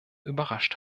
überrascht